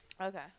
Okay